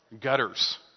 Gutters